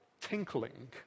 tinkling